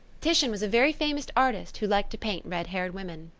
titian was a very famous artist who liked to paint red-haired women.